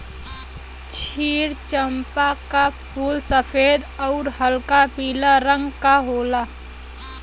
क्षीर चंपा क फूल सफेद आउर हल्का पीला रंग क होला